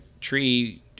tree